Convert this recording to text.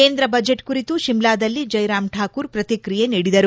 ಕೇಂದ್ರ ಬಜೆಟ್ ಕುರಿತು ಶಿಮ್ಲಾದಲ್ಲಿ ಜೈರಾಮ್ ಠಾಕೂರ್ ಪ್ರತಿಕ್ರಿಯೆ ನೀಡಿದರು